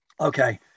Okay